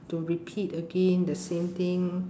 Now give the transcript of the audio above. to repeat again the same thing